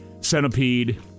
Centipede